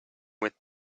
with